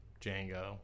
Django